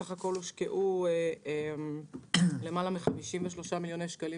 בסך הכול הושקעו יותר מ-53 מיליון שקלים